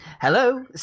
Hello